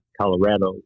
Colorado